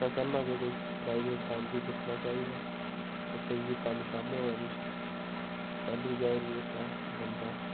आखना चाह्न्नां कि कोई प्राइवेट कम्म बी दिक्खना चाहिदा उत्थें बी कम्म शम्म होऐ किश ते तैलू जाइरै जेह्का बंदा